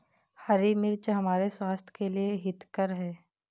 हरी मिर्च हमारे स्वास्थ्य के लिए हितकर हैं